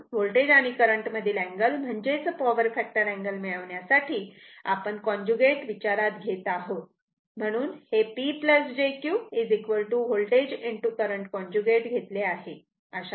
म्हणून वोल्टेज आणि करंट मधील अँगल म्हणजेच पॉवर फॅक्टर अँगल मिळविण्यासाठी आपण कॉन्जुगेट विचारात घेत आहोत म्हणून हे P jQ voltage current conjugate घेतले आहे